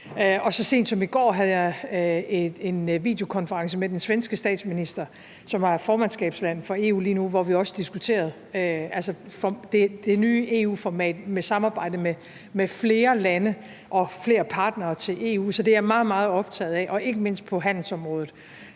Og så sent som i går havde jeg en videokonference med den svenske statsminister – Sverige er jo formandskabsland for EU lige nu – hvor vi også diskuterede det nye EU-format med samarbejde med flere lande og flere partnere til EU. Så det er jeg meget, meget optaget af, ikke mindst på handelsområdet.